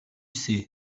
sais